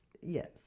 yes